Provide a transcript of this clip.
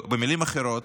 במילים אחרות: